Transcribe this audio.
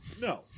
No